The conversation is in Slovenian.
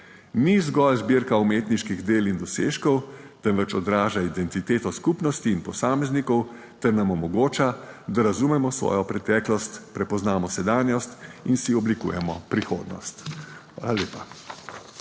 ni zgolj zbirka umetniških del in dosežkov, temveč odraža identiteto skupnosti in posameznikov ter nam omogoča, da razumemo svojo preteklost, prepoznamo sedanjost in si oblikujemo prihodnost. Hvala lepa.